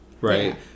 right